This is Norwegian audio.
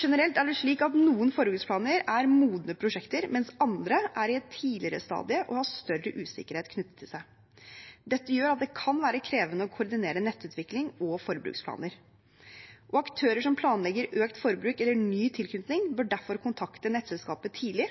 Generelt er det slik at noen forbruksplaner er modne prosjekter, mens andre er i et tidligere stadium og har større usikkerhet knyttet til seg. Dette gjør at det kan være krevende å koordinere nettutvikling og forbruksplaner, og aktører som planlegger økt forbruk eller ny tilknytning, bør derfor kontakte nettselskapet tidlig,